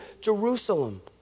Jerusalem